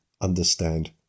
understand